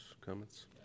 comments